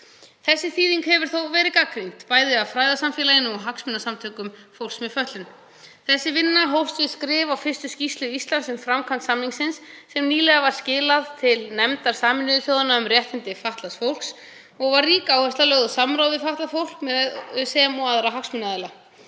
2017. Þýðingin hefur þó verið gagnrýnd, bæði af fræðasamfélaginu og hagsmunasamtökum fólks með fötlun. Þessi vinna hófst við skrif á fyrstu skýrslu Íslands um framkvæmd samningsins sem nýlega var skilað til nefndar Sameinuðu þjóðanna um réttindi fatlaðs fólks og var rík áhersla lögð á samráð við fatlað fólk sem og aðra hagsmunaaðila.